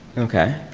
okay,